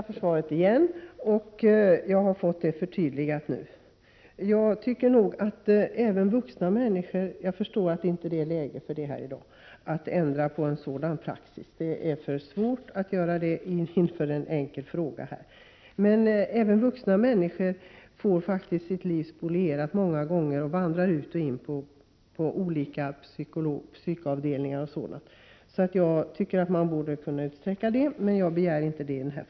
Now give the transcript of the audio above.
Herr talman! Jag tackar igen för detta förtydligande. Jag förstår att det inte är läge att ändra på praxis. Det är för svårt att göra det när det gäller en enkel fråga, men även vuxna människor får många gånger sitt liv spolierat och får vandra ut och in på olika psykavdelningar. Man borde kunna utsträcka Prot. 1988/89:26 bestämmelsen att gälla även för vuxna, men jag begär inte det i min fråga.